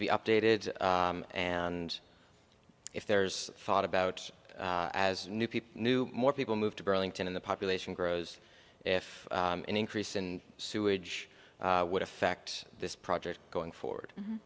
to be updated and if there's thought about as new people new more people move to burlington in the population grows if an increase in sewage would affect this project going forward